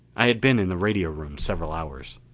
i had been in the radio room several hours.